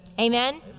Amen